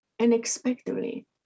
unexpectedly